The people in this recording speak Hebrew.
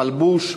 מלבוש,